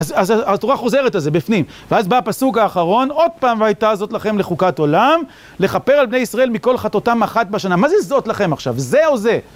אז התורה חוזרת על זה בפנים. ואז בא הפסוק האחרון, עוד פעם "והיתה הזאת לכם לחוקת עולם, לכפר על בני ישראל מכל חטאותם אחת בשנה". מה זה "זאת לכם" עכשיו? זה או זה?